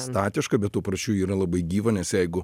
statiška bet tuo pračiu yra labai gyva nes jeigu